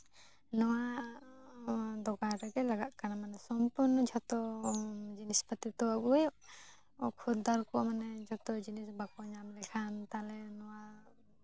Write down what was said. ᱱᱚᱣᱟ ᱫᱚᱠᱟᱱ ᱨᱮᱜᱮ ᱞᱟᱜᱟᱜ ᱠᱟᱱᱟ ᱢᱟᱱᱮ ᱥᱚᱢᱯᱩᱨᱱᱚ ᱡᱷᱚᱛᱚ ᱡᱤᱱᱤᱥᱯᱟᱹᱛᱤ ᱛᱚ ᱳᱭ ᱠᱷᱚᱫᱽᱫᱟᱨ ᱠᱚ ᱢᱟᱱᱮ ᱡᱷᱚᱛᱚ ᱡᱤᱱᱤᱥ ᱵᱟᱠᱚ ᱧᱟᱢ ᱞᱮᱠᱷᱟᱱ ᱛᱟᱦᱚᱞᱮ ᱱᱚᱣᱟ